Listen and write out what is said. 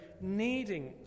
needing